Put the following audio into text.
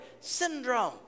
syndrome